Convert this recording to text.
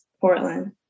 Portland